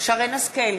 שרן השכל,